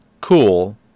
cool